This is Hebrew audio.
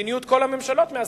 כמדיניות כל הממשלות מאז